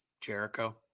Jericho